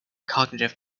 cognitive